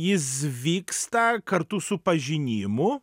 jiz vyksta kartu su pažinimu